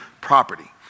property